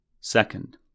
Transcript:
Second